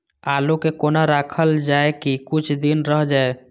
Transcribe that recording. आलू के कोना राखल जाय की कुछ दिन रह जाय?